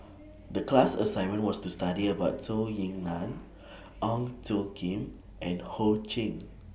The class assignment was to study about Zhou Ying NAN Ong Tjoe Kim and Ho Ching